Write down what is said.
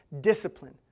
discipline